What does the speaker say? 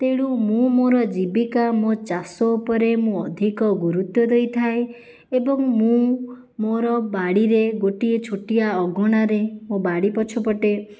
ତେଣୁ ମୁଁ ମୋର ଜୀବିକା ମୋ ଚାଷ ଉପରେ ମୁଁ ଅଧିକ ଗୁରୁତ୍ୱ ଦେଇଥାଏ ଏବଂ ମୁଁ ମୋର ବାଡ଼ିରେ ଗୋଟେ ଛୋଟିଆ ଅଗଣାରେ ମୋ ବାଡ଼ି ପଛପଟେ